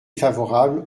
favorable